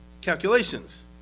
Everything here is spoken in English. calculations